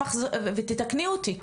ותתקני אותי,